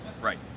right